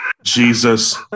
Jesus